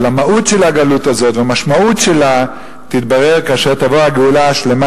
והמהות של הגלות הזאת והמשמעות שלה תתברר כאשר תבוא הגאולה השלמה,